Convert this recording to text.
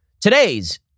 Today's